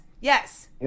yes